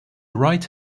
right